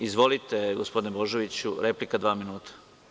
Izvolite, gospodine Božoviću, replika dva minuta.